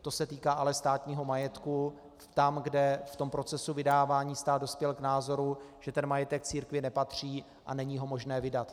To se týká ale státního majetku tam, kde v procesu vydávání stát dospěl k názoru, že majetek církvi nepatří a není ho možné vydat.